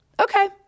Okay